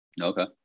Okay